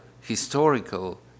historical